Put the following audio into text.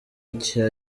iki